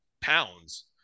pounds